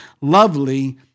lovely